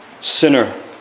sinner